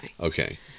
Okay